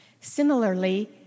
Similarly